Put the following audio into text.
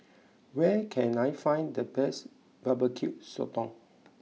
where can I find the best Barbecue Sotong